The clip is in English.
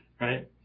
right